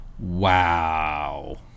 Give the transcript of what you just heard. Wow